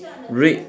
red